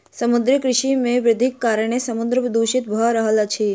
समुद्रीय कृषि मे वृद्धिक कारणेँ समुद्र दूषित भ रहल अछि